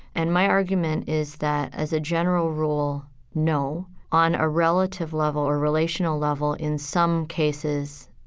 and my argument is that, as a general rule, no. on a relative level or relational level in some cases,